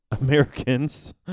Americans